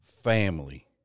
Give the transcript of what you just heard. family